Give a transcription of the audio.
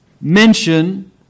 mention